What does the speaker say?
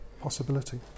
possibility